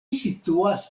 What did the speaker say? situas